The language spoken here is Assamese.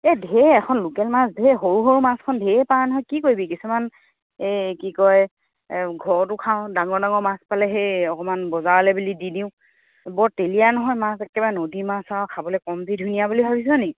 এই ঢেৰ এখন লোকেল মাছ ঢেৰ সৰু সৰু মাছখন ঢেৰ পাও নহয় কি কৰিবি কিছুমান এই কি কয় ঘৰতো খাওঁ ডাঙৰ ডাঙৰ মাছ পালে সেই অকণমান বজাৰলৈ বুলি দি দিওঁ বৰ তেলীয়া নহয় মাছ একেবাৰে নদী মাছ আৰু খাবলৈ কমটি ধুনীয়া বুলি ভাবিছ' নি